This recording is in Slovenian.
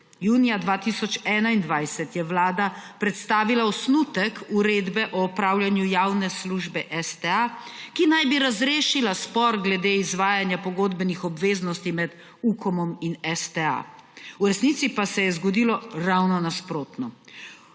Junija 2021 je Vlada predstavila osnutek uredbe o opravljanju javne službe STA, ki naj bi razrešila spor glede izvajanja pogodbenih obveznosti med UKO-om in STA, v resnici pa se je zgodilo ravno nasprotno.